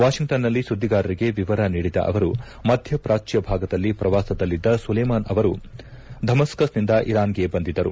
ವಾಷಿಂಗ್ಟನ್ನಲ್ಲಿ ಸುದ್ದಿಗಾರರಿಗೆ ವಿವರ ನೀಡಿದ ಅವರು ಮಧ್ಯಪಾಚ್ಯ ಭಾಗದಲ್ಲಿ ಪ್ರವಾಸದಲ್ಲಿದ್ದ ಸುಲೇಮಾನ್ ಅವರು ಧಮಸ್ಕಸ್ನಿಂದ ಇರಾನ್ಗೆ ಬಂದಿದ್ದರು